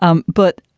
um but,